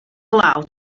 glaw